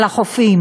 על החופים.